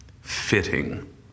fitting